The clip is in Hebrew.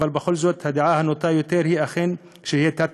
אבל בכל זאת הדעה הנוטה יותר שאכן שתהיה